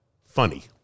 funny